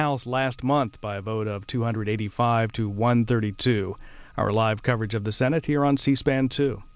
house last month by a vote of two hundred eighty five two one thirty two our live coverage of the senate here on c span to